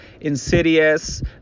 insidious